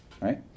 right